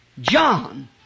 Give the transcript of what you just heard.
John